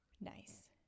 Nice